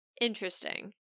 Interesting